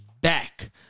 back